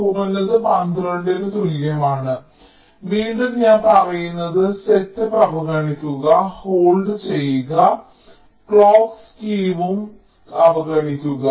കുറഞ്ഞത് 12 ന് തുല്യമാണ് വീണ്ടും ഞാൻ പറയുന്നത് സെറ്റപ്പ് അവഗണിക്കുക ഹോൾഡ് ചെയ്യുക ക്ലോക്ക് സ്കീവും അവഗണിക്കുക